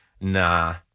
Nah